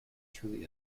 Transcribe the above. truly